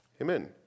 Amen